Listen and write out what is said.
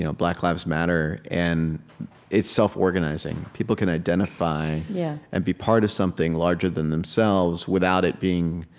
you know black lives matter. and it's self-organizing. people can identify yeah and be part of something larger than themselves without it being